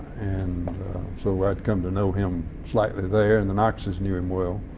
and so i'd come to know him slightly there and the knox's knew him well.